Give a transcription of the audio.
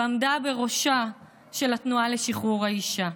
ועמדה בראשה של התנועה לשחרור האישה.